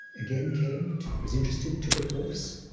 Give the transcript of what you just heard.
again, came, was interested, took a course,